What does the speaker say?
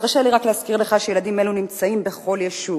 תרשה לי רק להזכיר לך שילדים אלה נמצאים בכל יישוב.